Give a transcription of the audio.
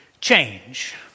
change